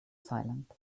silent